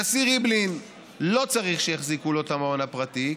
הנשיא ריבלין לא צריך שיחזיקו לו את המעון הפרטי,